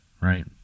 right